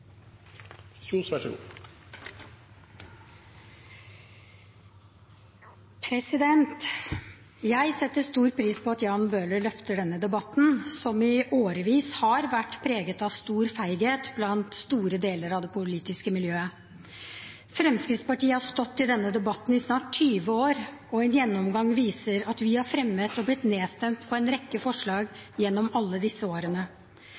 seg gjøre. Jeg setter stor pris på at Jan Bøhler løfter denne debatten, som i årevis har vært preget av stor feighet blant store deler av det politiske miljøet. Fremskrittspartiet har stått i denne debatten i snart 20 år, og en gjennomgang viser at vi gjennom alle disse årene har fremmet en rekke forslag som har blitt nedstemt